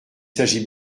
s’agit